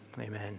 amen